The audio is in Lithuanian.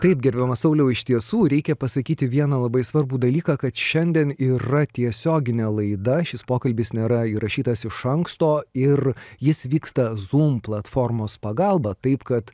taip gerbiamas sauliau iš tiesų reikia pasakyti vieną labai svarbų dalyką kad šiandien yra tiesioginė laida šis pokalbis nėra įrašytas iš anksto ir jis vyksta zum platformos pagalba taip kad